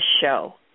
show